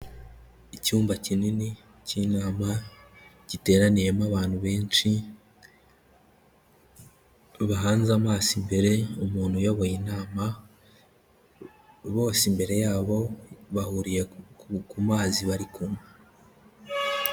Icyumba kinini cy'inama giteraniyemo abantu benshi, bahanze amaso imbere umuntu uyoboye inama, bose imbere yabo bahuriye ku mazi bari kumwe.